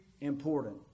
important